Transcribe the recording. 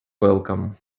welcome